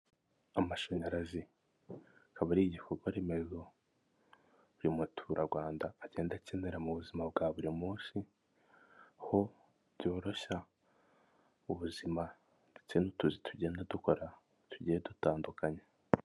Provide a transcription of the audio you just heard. Amashanyarazi akaba ari igikorwaremezo buri muturarwanda agenda akenera mu buzima bwa buri munsi, aho byoroshya ubuzima ndetse n'utuzi tugenda dukora tugiye dutandukanye.